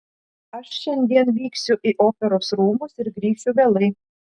aš šiandien vyksiu į operos rūmus ir grįšiu vėlai